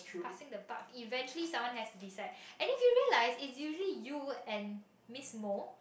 passing the bark eventually someone has to decide and did you realize is usually you and miss mo